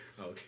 okay